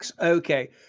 Okay